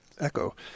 echo